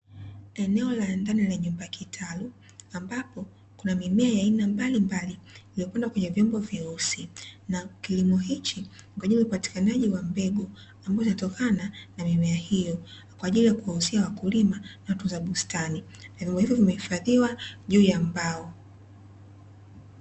Eneo la ndani la nyumba kitalu, ambapo kuna mimea ya aina mbalimbali, iliyopandwa kwenye vyombo vyeusi na kilimo hichi ni kwa ajili ya upatikanaji wa mbegu ambao utatokana na mimea hiyo kwa ajili ya kuwauzia wakulima na watunza bustani, vyombo hivyo vimehifadhiwa juu ya mbao.